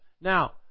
Now